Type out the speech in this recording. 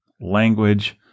Language